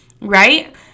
right